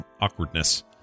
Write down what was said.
awkwardness